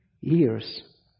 years